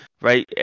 right